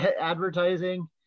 advertising